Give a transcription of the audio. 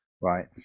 Right